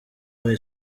high